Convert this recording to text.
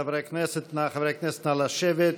חברי הכנסת, נא לשבת.